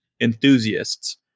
enthusiasts